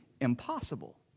impossible